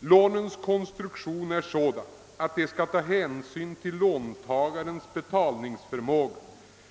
Lånens konstruktion är sådan, att hänsyn skall tas till låntagarens betalningsförmåga.